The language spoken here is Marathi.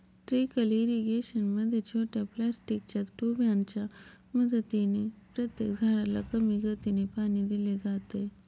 ट्रीकल इरिगेशन मध्ये छोट्या प्लास्टिकच्या ट्यूबांच्या मदतीने प्रत्येक झाडाला कमी गतीने पाणी दिले जाते